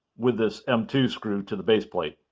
with this m two screw to the base plate.